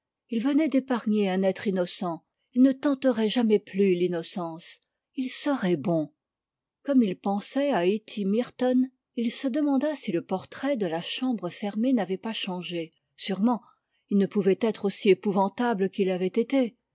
il venait d'épargner un être innocent il ne tenterait jamais plus l'innocence il serait bon comme il pensait à hetty merton il se demanda si le portrait de la chambre fermée n'avait pas changé sûrement il ne pouvait être aussi épouvantable qu'il l'avait été